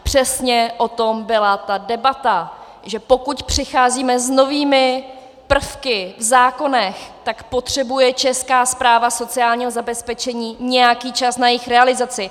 Přesně o tom byla ta debata, že pokud přicházíme s novými prvky v zákonech, tak potřebuje Česká správa sociálního zabezpečení nějaký čas na jejich realizaci.